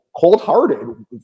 cold-hearted